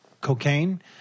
cocaine